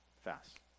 Fast